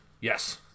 Yes